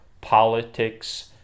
politics